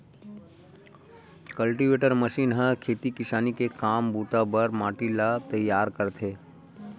cultivator machine ह खेती किसानी के काम बूता बर माटी ल तइयार करथे